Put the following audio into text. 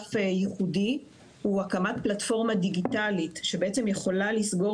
נוסף ייחודי הוא הקמת פלטפורמה דיגיטלית שבעצם יכולה לסגור